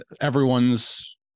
everyone's